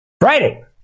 Friday